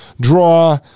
draw